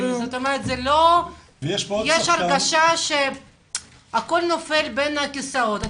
יש הרגשה שהכול נופל בין הכיסאות.